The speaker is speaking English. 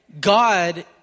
God